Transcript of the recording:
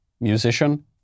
musician